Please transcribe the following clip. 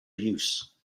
use